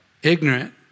ignorant